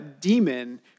demon